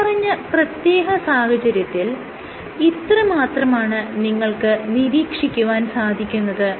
മേല്പറഞ്ഞ പ്രത്യേക സാഹചര്യത്തിൽ ഇത്ര മാത്രമാണ് നിങ്ങൾക്ക് നിരീക്ഷിക്കുവാൻ സാധിക്കുന്നത്